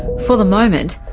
for the moment,